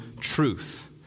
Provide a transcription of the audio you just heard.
truth